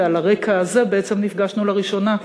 ועל הרקע הזה בעצם נפגשנו לראשונה.